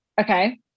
Okay